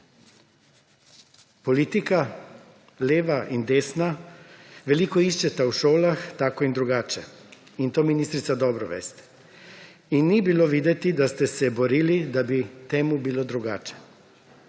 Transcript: politika veliko iščeta v šolah tako in drugače in to, ministrica, dobro veste in ni bilo videti, da ste se borili, da bi to bilo drugače.